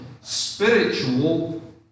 spiritual